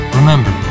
Remember